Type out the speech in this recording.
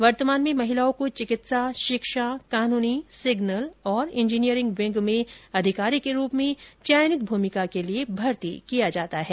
वर्तमान में महिलाओं को चिकित्सा शिक्षा कानूनी सिग्नल और इंजीनियरिंग विंग में अधिकारी के रूप में चयनित भूमिका के लिए भर्ती किया जाता है